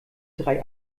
drei